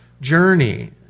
journey